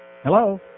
Hello